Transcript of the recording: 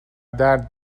درد